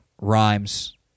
rhymes